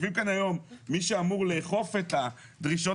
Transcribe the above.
יושבים כאן היום מי שאמור לאכוף את הדרישות